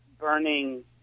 burning